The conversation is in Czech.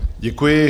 Děkuji.